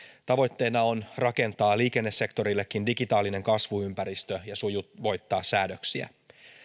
tavoitteena on rakentaa liikennesektorillekin digitaalinen kasvuympäristö ja sujuvoittaa säädöksiä